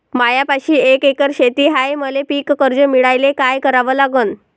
मायापाशी एक एकर शेत हाये, मले पीककर्ज मिळायले काय करावं लागन?